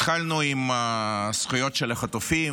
התחלנו עם הזכויות של החטופים,